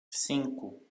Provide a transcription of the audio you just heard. cinco